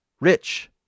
rich